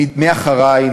"אחריי!",